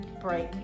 break